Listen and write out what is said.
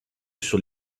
sur